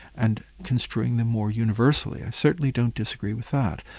and construing them more universally. i certainly don't disagree with that.